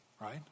right